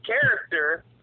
character